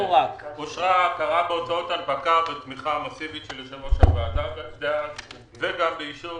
אושרה הכרה בהוצאות הנפקה בתמיכה מסיבית של היושב-ראש הוועדה ובאישור